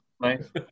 Nice